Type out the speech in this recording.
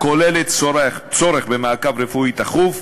הכוללת צורך במעקב רפואי תכוף,